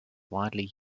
widely